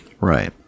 Right